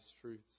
truths